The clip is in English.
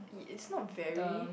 it's not very